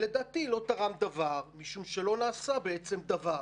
לדעתי לא תרם דבר, משום שלא נעשה דבר.